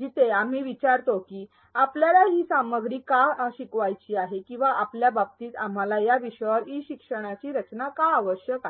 जिथे आम्ही विचारतो की आपल्याला ही सामग्री का शिकवायची आहे किंवा आपल्या बाबतीत आम्हाला या विषयावर ई शिक्षणाची रचना का आवश्यक आहे